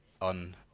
on